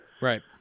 Right